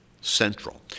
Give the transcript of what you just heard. Central